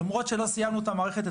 למרות שלא סיימנו את המערכת,